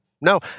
No